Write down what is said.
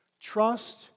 Trust